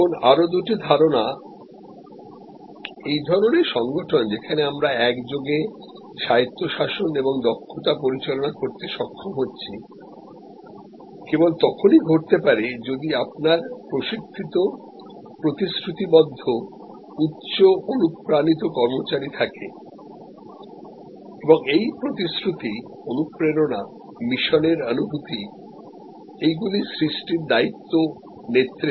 এখন আরও দুটি ধারণা এই ধরণের সংগঠন যেখানে আমরা একযোগে স্বায়ত্তশাসন এবং দক্ষতা পরিচালনা করতে সক্ষম হচ্ছি কেবল তখনই ঘটতে পারে যদি আপনার প্রশিক্ষিত প্রতিশ্রুতিবদ্ধ উচ্চ অনুপ্রাণিত কর্মচারী থাকে এবং এই প্রতিশ্রুতি অনুপ্রেরণা মিশনের অনুভূতি এইগুলি সৃষ্টির দায়িত্ব নেতৃত্বের